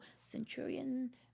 Centurion